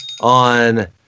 on